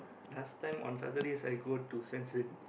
last time on Saturdays I go to Swensen